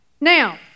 Now